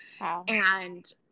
and-